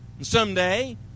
someday